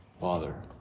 Father